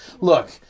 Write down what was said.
Look